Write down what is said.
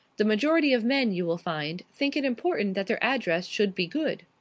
the majority of men, you will find, think it important that their address should be good.